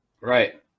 Right